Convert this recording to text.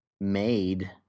made